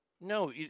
No